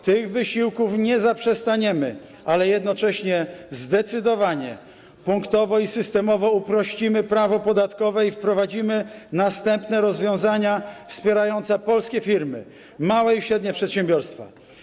Tych wysiłków nie zaprzestaniemy, ale jednocześnie zdecydowanie, punktowo i systemowo uprościmy prawo podatkowe i wprowadzimy następne rozwiązania wspierające polskie firmy, małe i średnie przedsiębiorstwa.